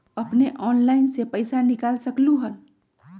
अपने ऑनलाइन से पईसा निकाल सकलहु ह?